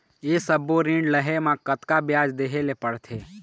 ये सब्बो ऋण लहे मा कतका ब्याज देहें ले पड़ते?